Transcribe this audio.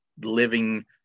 living